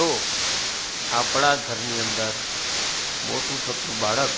તો આપણા ઘરની અંદર મોટું થતું બાળક